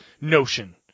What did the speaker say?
notion